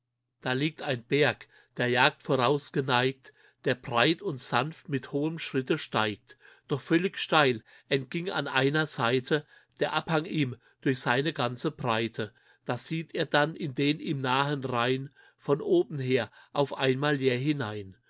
da liegt ein berg der jagd voraus geneigt der breit und sanft mit hohem schritte steigt doch völlig steil entging an jener seite der abhang ihm durch seine ganze breite da sieht er dann in den ihm nahen rhein von obenher auf einmal jäh hinein